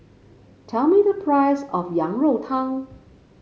tell me the price of Yang Rou Tang